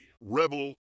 Rebel